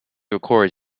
record